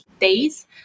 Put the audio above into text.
days